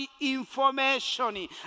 information